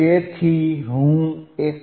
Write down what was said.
તેથી હું 1